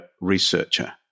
researcher